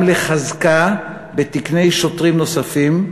גם לחזקה בתקני שוטרים נוספים,